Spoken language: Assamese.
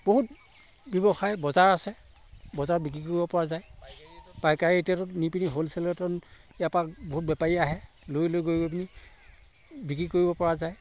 বহুত ব্যৱসায় বজাৰ আছে বজাৰত বিক্ৰী কৰিব পৰা যায় পাইকাৰী এতিয়াটো নি পিনি হ'লচেলতো ইয়াৰ পৰা বহুত বেপাৰী আহে লৈ লৈ গৈ গৈ পিনি বিক্ৰী কৰিব পৰা যায়